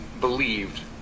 believed